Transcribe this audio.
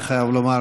אני חייב לומר,